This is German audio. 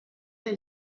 der